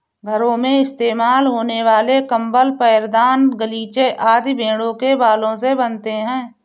घरों में इस्तेमाल होने वाले कंबल पैरदान गलीचे आदि भेड़ों के बालों से बनते हैं